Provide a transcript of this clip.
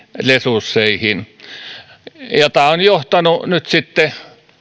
resursseihin ja tämä on johtanut nyt sitten